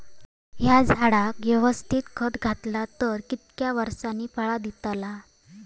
हया झाडाक यवस्तित खत घातला तर कितक्या वरसांनी फळा दीताला?